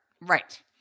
Right